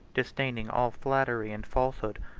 disdaining all flattery and falsehood,